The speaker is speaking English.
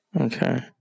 Okay